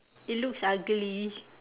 it looks uh girly